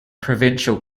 provincial